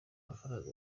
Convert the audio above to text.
amafaranga